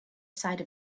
side